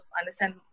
understand